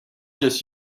just